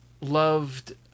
loved